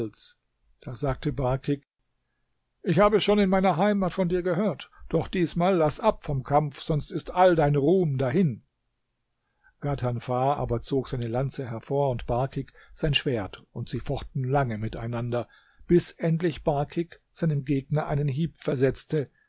da sagte barkik ich habe schon in meiner heimat von dir gehört doch diesmal laß ab vom kampf sonst ist all dein ruhm dahin ghadhanfar aber zog seine lanze hervor und barkik sein schwert und sie fochten lange miteinander bis endlich barkik seinem gegner einen hieb versetzte